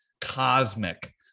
cosmic